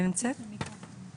כן שלום, צהרים טובים.